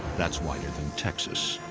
that's wider than texas.